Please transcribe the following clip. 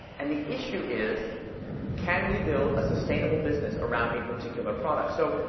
and the issue is can we build a sustainable business around a particular product? so,